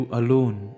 alone